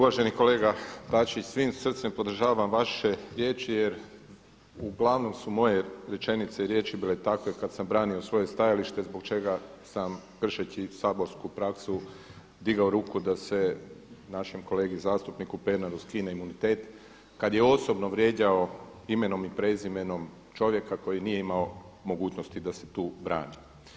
Uvaženi kolega Bačić, svim srcem podržavam vaše riječi jer uglavnom su moje rečenice i riječi bile takve kada sam branio svoje stajalište zbog čega sam kršeći saborsku praksu digao ruku da se našem kolegi zastupniku Pernaru skine imunitet kada je osobno vrijeđao imenom i prezimenom čovjeka koji nije imao mogućnosti da se tu brani.